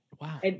Wow